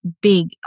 big